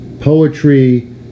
poetry